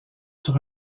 sur